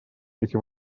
эти